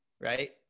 right